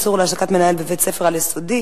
(אישור להעסקת מנהל בבית-ספר על-יסודי),